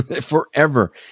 forever